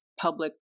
public